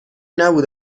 نبود